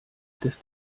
des